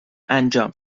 انجام